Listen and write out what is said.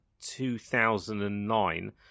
2009